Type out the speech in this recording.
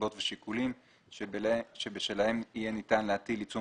נסיבות ושיקולים שבשלהם יהיה ניתן להטיל עיצום